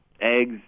eggs